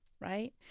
right